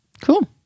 Cool